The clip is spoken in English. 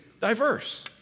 diverse